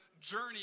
journey